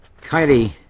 Kylie